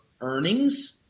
earnings